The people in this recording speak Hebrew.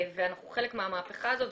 אנחנו חלק מהמהפכה הזאת,